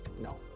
No